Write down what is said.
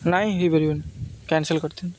ନାଇଁ ହେଇପାରିବନି କ୍ୟାନସେଲ୍ କରିଦିଅନ୍ତୁ